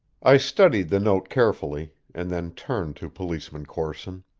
i studied the note carefully, and then turned to policeman corson.